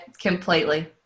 completely